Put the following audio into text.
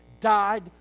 died